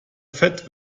fett